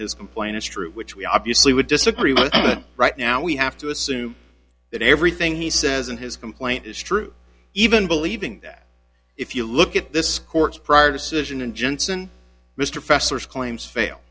his complaint is true which we obviously would disagree but right now we have to assume that everything he says in his complaint is true even believing that if you look at this court's prior decision and jensen mr festers claims fail